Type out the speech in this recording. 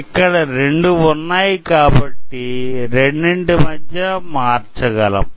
ఇక్కడ రెండు ఉన్నాయి కాబట్టి రెండింటి మధ్య మార్చగలం